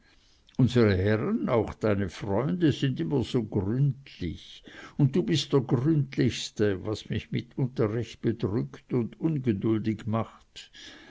unsere herren auch deine freunde sind immer so gründlich und du bist der gründlichste was mich mitunter recht bedrückt und ungeduldig macht